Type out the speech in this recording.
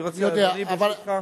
אני יודע,